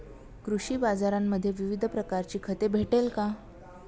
कृषी बाजारांमध्ये विविध प्रकारची खते भेटेल का?